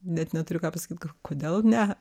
net neturiu ką pasakyt kodėl ne